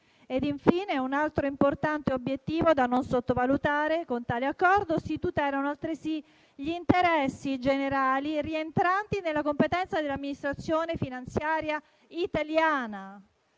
in Cina. Un altro importante obiettivo da non sottovalutare è che con tale Accordo si tutelano, altresì, gli interessi generali rientranti nella competenza dell'amministrazione finanziaria italiana.